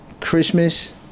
Christmas